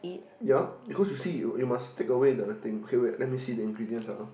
yea cause you see you you must take away the thing okay wait let me see the ingredients ah